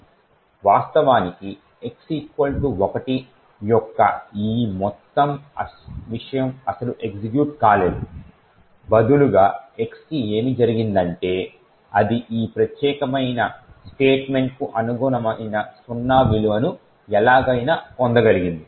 వాస్తవానికి x 1 యొక్క ఈ మొత్తం విషయం అస్సలు ఎగ్జిక్యూట్ కాలేదు బదులుగా x కి ఏమి జరిగిందంటే అది ఈ ప్రత్యేకమైన స్టేట్మెంట్ కు అనుగుణమైన సున్నా విలువను ఎలాగైనా పొందగలిగింది